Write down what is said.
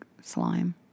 slime